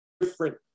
different